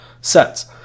sets